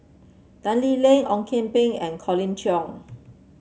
Tan Lee Leng Ong Kian Peng and Colin Cheong